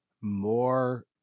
more